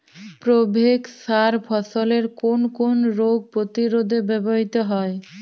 Provex সার ফসলের কোন কোন রোগ প্রতিরোধে ব্যবহৃত হয়?